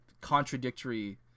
contradictory